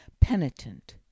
penitent